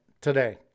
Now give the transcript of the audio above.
today